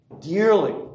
Dearly